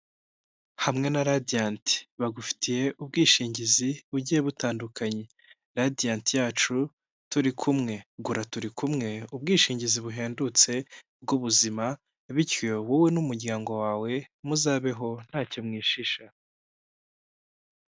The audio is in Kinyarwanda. Hamwe na Radiyanti, bagufitiye ubwishingizi bugiye butandukanye. Radiyanti yacu turi kumwe. Gura turi kumwe, ubwishingizi buhendutse bw'ubuzima, bityo wowe n'umuryango wawe muzabeho ntacyo mwishisha.